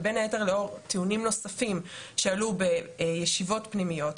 ובין היתר לאור טיעונים נוספים שעלו בישיבות פנימיות,